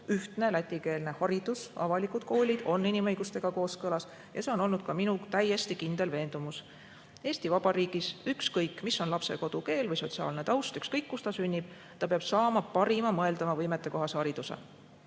ühtne lätikeelne haridus, avalikud koolid inimõigustega kooskõlas. Ja see on olnud ka minu täiesti kindel veendumus. Eesti Vabariigis, ükskõik, mis on lapse kodukeel või sotsiaalne taust, ükskõik, kus ta sünnib, ta peab saama parima mõeldava oma võimete kohase hariduse.